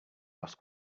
lost